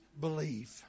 believe